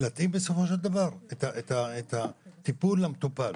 בסופו של דבר את הטיפול למטופל.